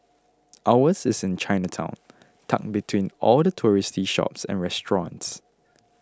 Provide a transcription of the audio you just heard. ours is in Chinatown tucked between all the touristy shops and restaurants